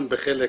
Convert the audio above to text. גם בחלק,